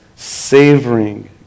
savoring